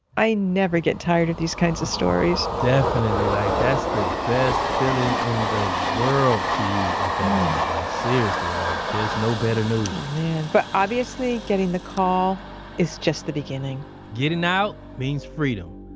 i never get tired of these kinds of stories. definitely. like that's the best feeling in the world to you at that moment. like seriously, like there's no better news man. but obviously, getting the call is just the beginning getting out means freedom.